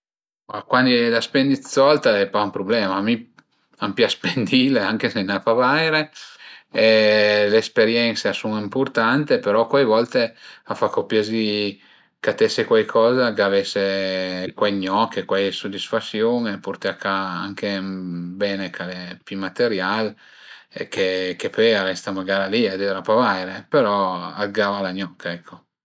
Cuandi a ie da spendi d'sold al e pa ün prublema, mi a m'pias spendìe anche se ën i a ie pa vaire e le esperiense a sun impurtante però cuai volte a fa co piazì catese cuaicoza, gavese cuai gnoche, cuai sudisfasiun e purté a ca anche ün bene ch'al e pi material e che che pöi a resta magara li e a düra pa vaire, però a t'gava la gnoca ecco